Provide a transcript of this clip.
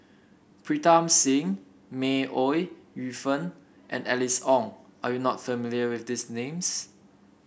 Pritam Singh May Ooi Yu Fen and Alice Ong are you not familiar with these names